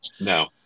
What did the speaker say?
no